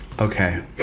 Okay